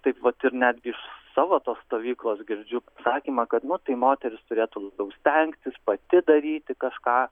taip vat ir netgi iš savo tos stovyklos girdžiu atsakymą kad nu tai moteris turėtų stengtis pati daryti kažką